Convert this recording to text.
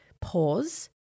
pause